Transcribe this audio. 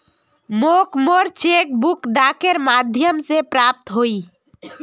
मोक मोर cheque book डाकेर माध्यम से प्राप्त होइए